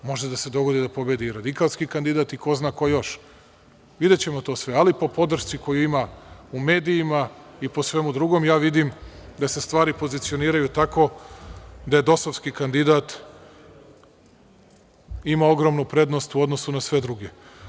Možda se dogodi da pobedi i radikalski kandidat i ko zna ko još, videćemo to sve, ali po podršci koju ima u medijima i po svemu drugom, vidim da se stvari pozicioniraju tako da je dosovski kandidat ima ogromnu prednost u odnosu na sve druge.